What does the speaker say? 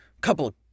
couple